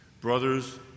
Brothers